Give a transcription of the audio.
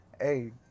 hey